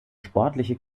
sportliche